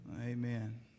Amen